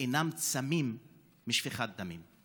אינם צמים משפיכת דמים.